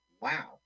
wow